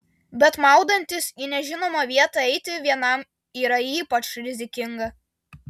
bet maudantis į nežinomą vietą eiti vienam yra ypač rizikinga